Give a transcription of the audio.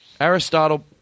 Aristotle